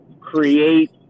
create